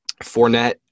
Fournette